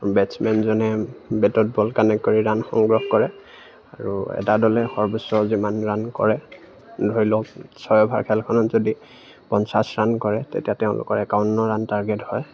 বেটছমেনজনে বেটত ball connect কৰি run সংগ্ৰহ কৰে আৰু এটা দলে সৰ্বোচ্চ যিমান ৰান কৰে ধৰি লওক ছয় অভাৰ খেলখনত যদি পঞ্চাছ ৰান কৰে তেতিয়া তেওঁলোকৰ একাৱন্ন ৰান টাৰ্গেট হয়